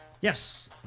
Yes